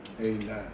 Amen